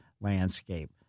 landscape